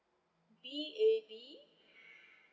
B A B